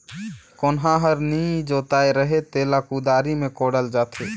कोनहा हर नी जोताए रहें तेला कुदारी मे कोड़ल जाथे